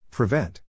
Prevent